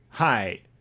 Hi